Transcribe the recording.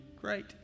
great